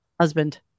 husband